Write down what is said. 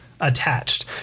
attached